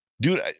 Dude